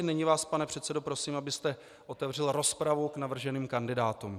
Nyní vás, pane předsedo, prosím, abyste otevřel rozpravu k navrženým kandidátům.